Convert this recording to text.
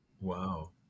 Wow